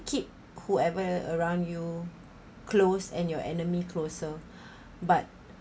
keep whoever around you close and your enemy closer but